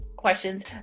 questions